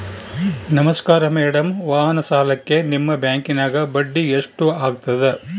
ನಮಸ್ಕಾರ ಮೇಡಂ ವಾಹನ ಸಾಲಕ್ಕೆ ನಿಮ್ಮ ಬ್ಯಾಂಕಿನ್ಯಾಗ ಬಡ್ಡಿ ಎಷ್ಟು ಆಗ್ತದ?